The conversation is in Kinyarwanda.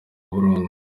burundu